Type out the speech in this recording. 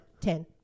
Ten